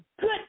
good